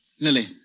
Lily